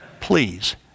please